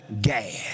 Gad